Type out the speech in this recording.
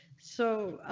so.